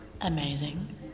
amazing